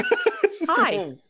hi